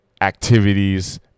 activities